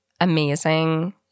amazing